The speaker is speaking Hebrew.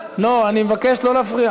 בעזרת השם, זכות דיבור.